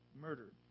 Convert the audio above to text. murdered